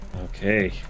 Okay